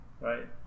right